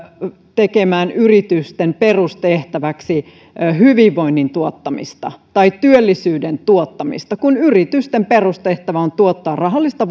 tekemään yritysten perustehtäväksi hyvinvoinnin tuottamista tai työllisyyden tuottamista kun yritysten perustehtävä on tuottaa rahallista